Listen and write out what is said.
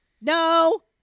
No